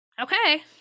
Okay